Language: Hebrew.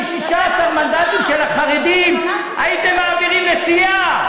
עם 16 מנדטים של החרדים הייתם מעבירים נשיאה.